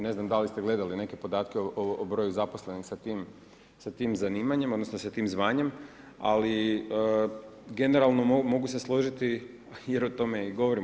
Ne znam da li ste gledali neke podatke o broju zaposlenih sa tim zanimanjem, odnosno sa tim zvanjem, ali generalno, mogu se složiti jer o tome i govorimo.